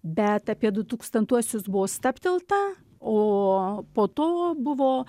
bet apie du tūkstantuosius buvo stabtelta o po to buvo